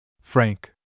Frank